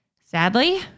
Sadly